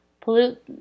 pollute